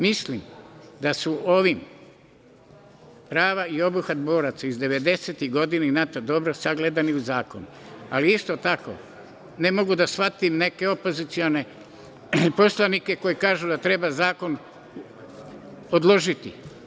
Mislim da su ovim prava i obuhvat boraca iz 90-tih godina i NATO dobro sagledani u zakonu, ali isto tako ne mogu da shvatim neke opozicione poslanike koji kažu da treba zakon odložiti.